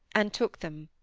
and took them.